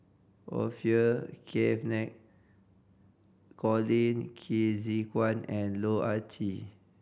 Orfeur Cavenagh Colin Qi Zhe Quan and Loh Ah Chee